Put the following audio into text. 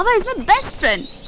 is my best friend.